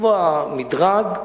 לקבוע מדרג.